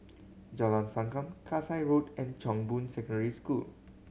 Jalan Sankam Kasai Road and Chong Boon Secondary School